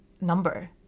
number